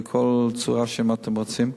בכל צורה שאתם רוצים.